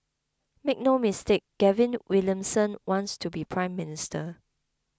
make no mistake Gavin Williamson wants to be Prime Minister